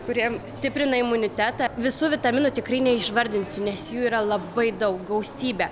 kuriem stiprina imunitetą visų vitaminų tikrai neišvardinsiu nes jų yra labai daug gausybė